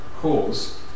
cause